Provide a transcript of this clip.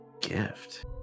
Gift